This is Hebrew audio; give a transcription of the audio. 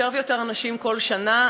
יותר ויותר אנשים כל שנה,